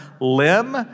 limb